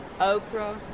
okra